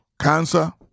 Cancer